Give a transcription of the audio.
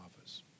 office